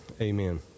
amen